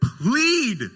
plead